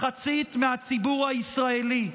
מחצית מהציבור הישראלי,